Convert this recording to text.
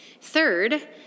Third